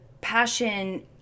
passion